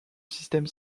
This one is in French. système